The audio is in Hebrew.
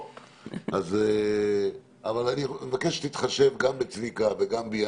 אני מבקש שתתחשב גם בצביקה וגם בי.